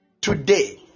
today